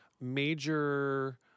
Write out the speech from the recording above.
major –